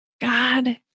God